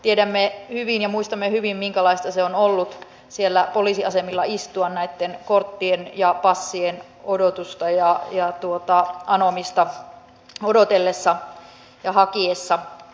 tiedämme hyvin ja muistamme hyvin minkälaista on ollut siellä poliisiasemilla istua näitten korttien ja passien odotusta ja anomista odotellessa ja hakiessa